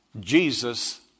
Jesus